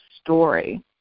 Story